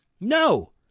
No